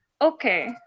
Okay